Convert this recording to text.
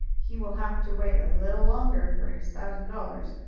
he will have to wait a little longer for his thousand dollars.